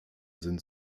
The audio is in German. sind